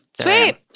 sweet